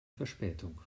verspätung